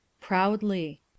Proudly